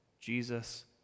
Jesus